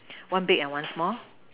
one big and one small